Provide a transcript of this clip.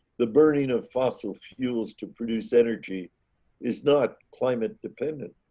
the burning of fossil fuels to produce energy is not climate dependent